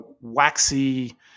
waxy